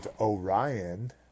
Orion